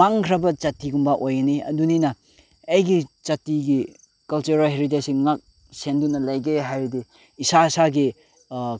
ꯃꯥꯡꯈ꯭ꯔꯕ ꯖꯥꯇꯤꯒꯨꯝꯕ ꯑꯣꯏꯅꯤ ꯑꯗꯨꯅꯤꯅ ꯑꯩꯒꯤ ꯖꯥꯇꯤꯒꯤ ꯀꯜꯆꯔꯦꯜ ꯍꯦꯔꯤꯇꯦꯖꯁꯤ ꯉꯥꯛ ꯁꯦꯟꯗꯨꯅ ꯂꯩꯒꯦ ꯍꯥꯏꯔꯗꯤ ꯏꯁꯥ ꯏꯁꯥꯒꯤ